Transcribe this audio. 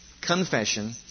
confession